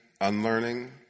unlearning